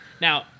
Now